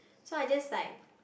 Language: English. so I just like